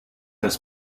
das